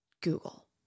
Google